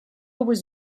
was